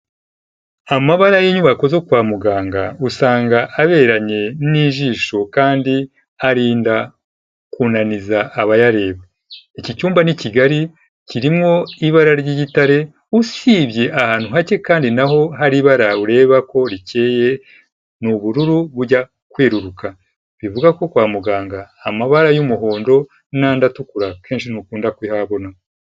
Amabara y'inyubako zo kwa muganga usanga haberanye n'ijisho kandi arinda kunaniza abayareba, iki cyumba ni kigari kirimo ibara ry'igitare, usibye ahantu hake kandi naho hari ibara ureba ko rikeye ni ubururu bujya kweruruka, bivuga ko kwa muganga amabara y'umuhondo n'andi atukura kenshi dukunda kuyahabona.